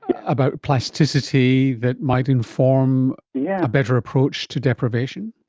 about plasticity, that might inform yeah a better approach to deprivation?